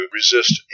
resist